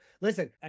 listen